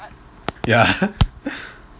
ya